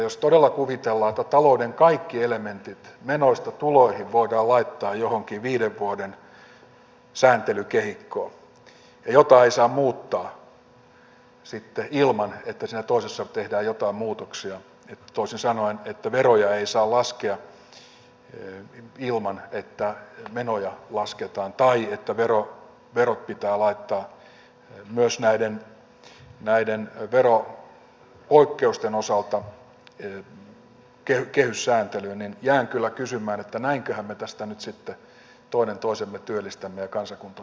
jos todella kuvitellaan että talouden kaikki elementit menoista tuloihin voidaan laittaa johonkin viiden vuoden sääntelykehikkoon jossa ei saa toista muuttaa sitten ilman että siinä toisessa tehdään jotain muutoksia toisin sanoen niin että veroja ei saa laskea ilman että menoja lasketaan tai että verot pitää laittaa myös näiden veropoikkeusten osalta kehyssääntelyyn niin jään kyllä kysymään että näinköhän me tästä nyt sitten toinen toisemme työllistämme ja kansakunta vaurastuu